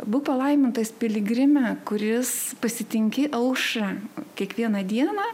būk palaimintas piligrime kuris pasitinki aušrą kiekvieną dieną